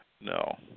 no